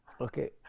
Okay